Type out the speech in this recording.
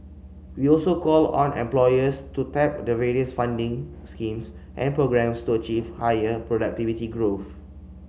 we also call on employers to tap the various funding schemes and programmes to achieve higher productivity growth